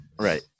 right